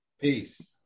peace